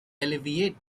alleviate